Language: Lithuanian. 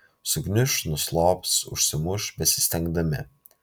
sugniuš nuslops užsimuš besistengdami